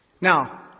Now